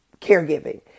caregiving